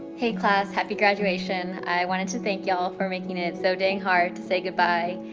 hey class, happy graduation. i wanted to thank y'all for making it so dang hard to say goodbye.